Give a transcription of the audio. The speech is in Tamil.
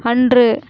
அன்று